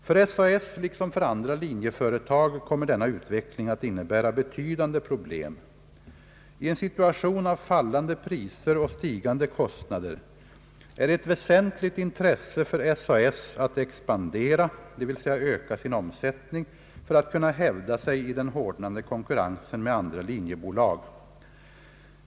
För SAS liksom för andra linjeföretag kommer denna utveckling att innebära betydande pro blem. I en situation av fallande priser och stigande kostnader är det ett väsentligt intresse för SAS att expandera, d.v.s. öka sin omsättning, för att kunna hävda sig i den hårdnande konkurrensen med andra linjebolag.